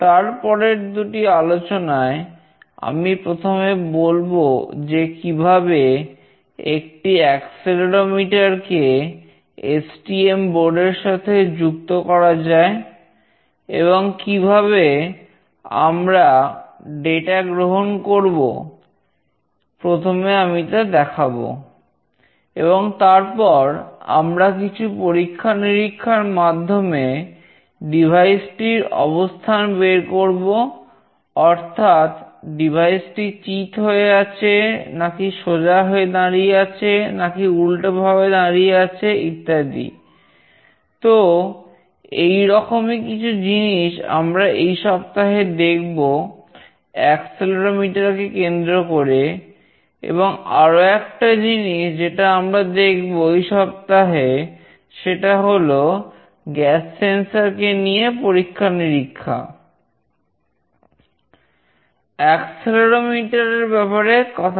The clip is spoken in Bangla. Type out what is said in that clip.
তারপরের দুটি আলোচনায় আমি প্রথমে বলব যে কিভাবে একটি অ্যাক্সেলেরোমিটার কে নিয়ে পরীক্ষা নিরীক্ষা